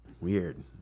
Weird